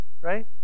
Right